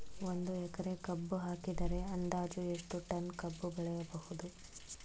ಒಂದು ಎಕರೆ ಕಬ್ಬು ಹಾಕಿದರೆ ಅಂದಾಜು ಎಷ್ಟು ಟನ್ ಕಬ್ಬು ಬೆಳೆಯಬಹುದು?